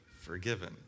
forgiven